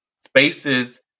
Spaces